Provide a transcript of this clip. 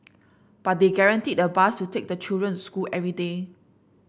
but they guaranteed a bus to take the children school every day